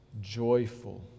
joyful